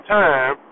time